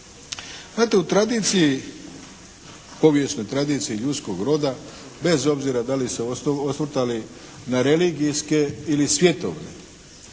tradiciji, povijesnoj tradiciji ljudskog roda bez obzira da li se osvrtali na religijske ili svjetovne